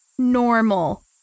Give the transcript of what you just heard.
Normal